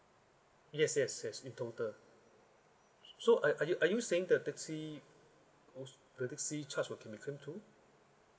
yes yes yes in total so are you are you saying the taxi also the taxi charge can be claim too